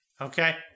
Okay